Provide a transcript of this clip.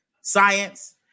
science